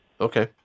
Okay